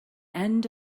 end